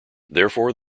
therefore